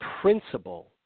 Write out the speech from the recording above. principle